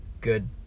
good